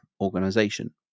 organization